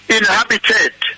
inhabited